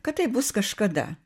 kad tai bus kažkada